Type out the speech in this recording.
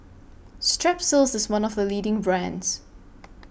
Strepsils IS one of The leading brands